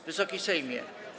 Wysoki Sejmie!